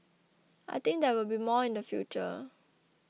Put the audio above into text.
I think there will be more in the future